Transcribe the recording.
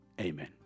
Amen